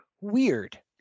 Weird